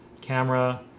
camera